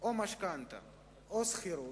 או משכנתה או שכירות,